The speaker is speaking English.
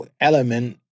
element